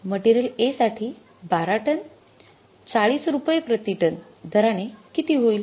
material A साठी १२ ton ४० रुपये प्रति टन दराने किती होईल